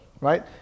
Right